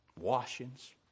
washings